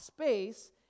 space